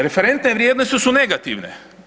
Referentne vrijednosti su negativne.